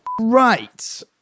Right